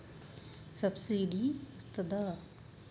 Subsidy వస్తదా?